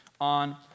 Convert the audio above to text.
on